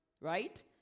right